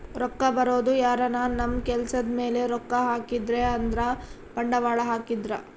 ರೊಕ್ಕ ಬರೋದು ಯಾರನ ನಮ್ ಕೆಲ್ಸದ್ ಮೇಲೆ ರೊಕ್ಕ ಹಾಕಿದ್ರೆ ಅಂದ್ರ ಬಂಡವಾಳ ಹಾಕಿದ್ರ